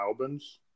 Albans